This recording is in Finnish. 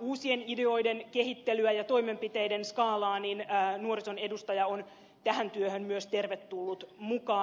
uusien ideoiden kehittelyä ja toimenpiteiden skaalaa niin nuorison edustaja on tähän työhön myös tervetullut mukaan